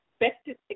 expected